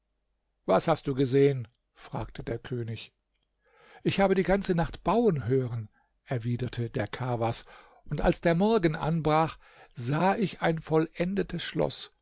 was hast du gesehen fragte der könig ich habe die ganze nacht bauen hören erwiderte der kawas und als der morgen anbrach sah ich ein vollendetes schloß